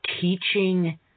Teaching